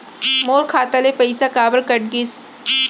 मोर खाता ले पइसा काबर कट गिस?